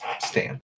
Stan